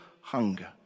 hunger